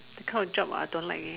that kind of job I don't like leh